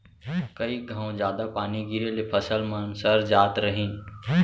कई घौं जादा पानी गिरे ले फसल मन सर जात रहिन